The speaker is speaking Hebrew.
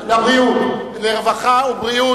רווחה ובריאות.